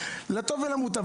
לטוב ולמוטב.